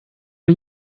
are